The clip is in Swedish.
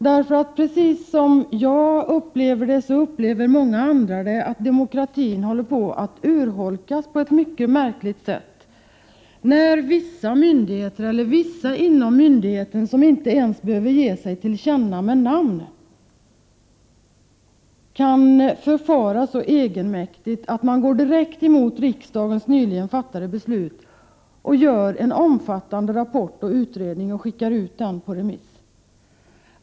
Det är nämligen många som precis som jag EP vn 5 ; tg svenskt öppet sjöfartsupplever att demokratin håller på att urholkas på ett mycket märkligt sätt, register när vissa inom myndigheten, vilka inte ens behöver ge sig till känna med namn, kan förfara så egenmäktigt att de går direkt emot riksdagens nyligen fattade beslut och utarbetar en omfattande utredningsrapport och skickar ut den på remiss.